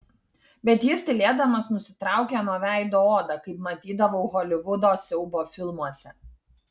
bet jis tylėdamas nusitraukė nuo veido odą kaip matydavau holivudo siaubo filmuose